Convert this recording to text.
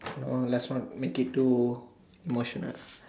uh let's not make it too emotional